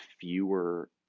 fewer